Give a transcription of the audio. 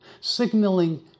signaling